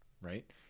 right